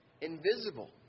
invisible